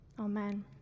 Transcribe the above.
Amen